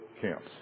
camps